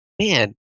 man